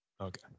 Okay